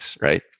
Right